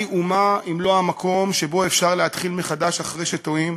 מהי אומה אם לא המקום שבו אפשר להתחיל מחדש אחרי שטועים?